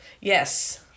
Yes